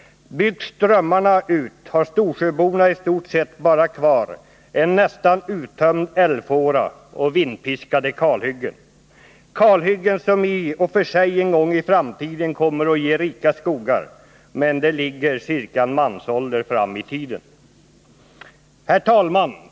Byggs strömmarna ut har storsjöborna i stort sett bara kvar en nästan uttömd älvfåra och vindpiskade kalhyggen — kalhyggen som i och för sig en gång i framtiden kommer att ge rika skogar, men det ligger ca en mansålder fram i tiden. Herr talman!